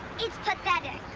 it's pathetic.